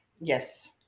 yes